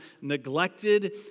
neglected